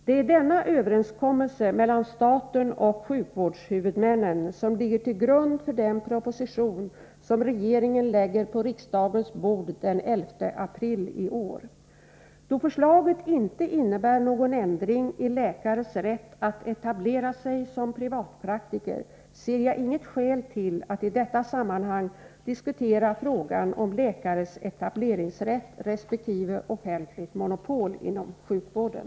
Det är denna överenskommelse mellan staten och sjukvårdshuvudmänner som ligger till grund för den proposition som regeringen lägger på riksdagens bord den 11 april i år. Då förslaget inte innebär någon ändring i läkares rätt att etablera sig som privatpraktiker ser jag inget skäl till att i detta sammanhang diskutera frågan om läkares etableringsrätt resp. offentligt monopol inom sjukvården.